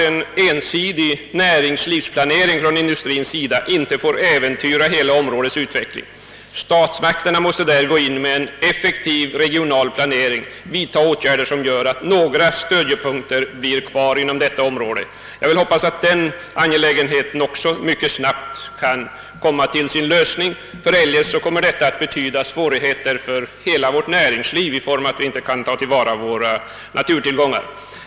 En ensidig näringslivsplanering från industrins sida får inte äventyra hela områdets utveckling. Statsmakterna måste gå in med en effektiv regional planering och vidta åtgärder så att några stödjepunkter blir kvar inom regionen. Jag hoppas att detta angelägna problem också mycket snabbt kan få sin lösning, ty eljest kommer det att uppstå svårigheter för hela vårt näringsliv genom att vi inte kan ta till vara våra naturtillgångar.